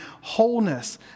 wholeness